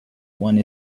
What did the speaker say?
one